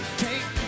take